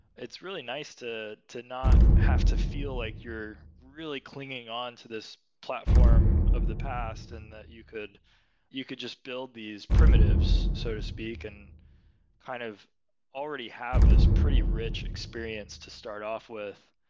it's really nice to to not have to feel like you're really clinging on to this platform of the past and that you could you could just build these primitives so to speak and kind of already have this pretty rich experience to start off with,